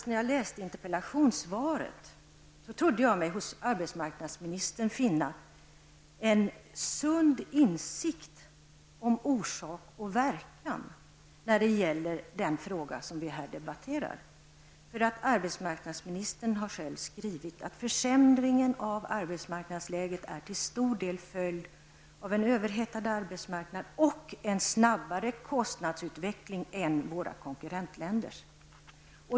När jag läste interpellationssvaret trodde jag mig faktiskt hos arbetsmarknadsministern finna en sund insikt om orsak och verkan när det gäller den fråga som vi nu debatterar, för arbetsmarknadsministern har själv skrivit att försämringen av arbetsmarknadsläget till stor del är en följd av en överhettad arbetsmarknad och en snabbare kostnadsutveckling i Sverige än i våra konkurrentländer.